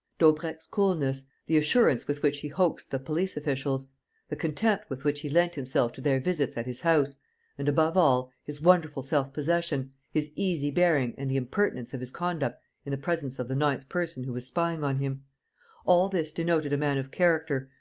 daubrecq's coolness, the assurance with which he hoaxed the police-officials, the contempt with which he lent himself to their visits at his house and, above all, his wonderful self-possession, his easy bearing and the impertinence of his conduct in the presence of the ninth person who was spying on him all this denoted a man of character,